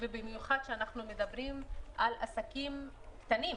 במיוחד כשאנחנו מדברים על עסקים קטנים,